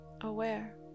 aware